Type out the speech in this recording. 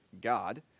God